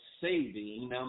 saving